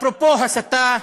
אפרופו הסתה,